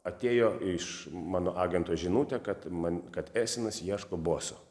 atėjo iš mano agento žinutė kad man kad esenas ieško boso